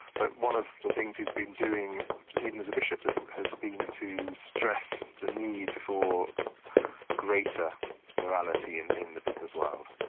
but one of the things he's been doing even as a bishop has been to stress the need for greater morality and in the business world.